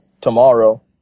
tomorrow